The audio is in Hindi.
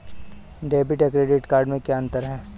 डेबिट या क्रेडिट कार्ड में क्या अन्तर है?